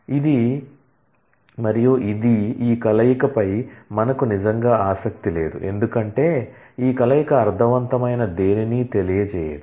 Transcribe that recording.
ఇది ఇది మరియు ఈ కలయికపై మనకు నిజంగా ఆసక్తి లేదు ఎందుకంటే ఈ కలయిక అర్ధవంతమైన దేనినీ తెలియజేయదు